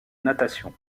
natation